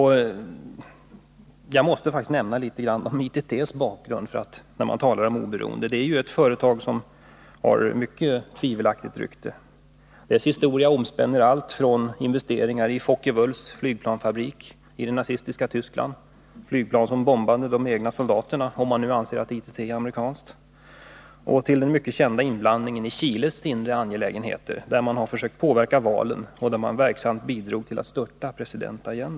Jag måste faktiskt nämna litet om ITT:s bakgrund när jag talar om oberoende. Det är ett företag som har mycket tvivelaktigt rykte. Dess historia omspänner allt från investering i Focke-Wulfs flygplansfabrik i det nazistiska Tyskland — flygplan som bombade de egna soldaterna, om man anser att ITT är ett amerikanskt företag — till den mycket kända inblandningen i Chiles inre angelägenheter, där man försökte påverka valen och verksamt bidrog till att störta president Allende.